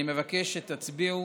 אני מבקש שתצביעו